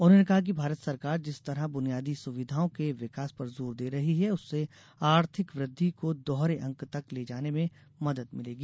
उन्होंने कहा कि भारत सरकार जिस तरह बुनियादी सुविधाओं के विकास पर जोर दे रही है उससे आर्थिक वृद्धि को दोहरे अंक तक ले जाने में मदद मिलेगी